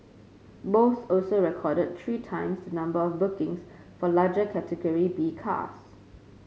both also recorded three times number of bookings for larger Category B cars